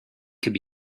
could